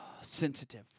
sensitive